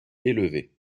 élevées